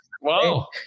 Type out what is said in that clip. Wow